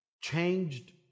changed